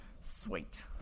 Sweet